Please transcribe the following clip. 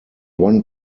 one